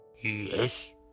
Yes